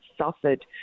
suffered